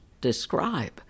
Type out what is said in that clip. describe